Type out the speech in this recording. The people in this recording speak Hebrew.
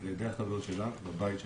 על ידי החבר שלה בבית שלו.